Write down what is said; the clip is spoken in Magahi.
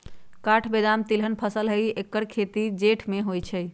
काठ बेदाम तिलहन फसल हई ऐकर खेती जेठ में होइ छइ